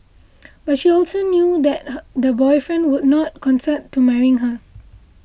but she also knew that her the boyfriend would not consent to marrying her